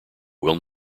will